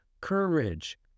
courage